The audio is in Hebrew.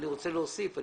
הוא רוצה להוסיף,